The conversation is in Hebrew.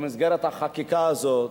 במסגרת החקיקה הזאת,